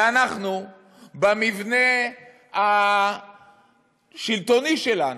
ואנחנו במבנה השלטוני שלנו,